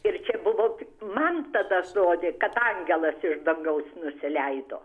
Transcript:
ir čia buvo man tada atrodė kad angelas iš dangaus nusileido